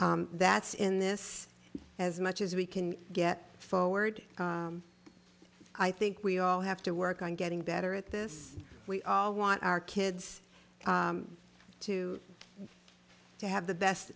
that's in this as much as we can get forward i think we all have to work on getting better at this we all want our kids too to have the best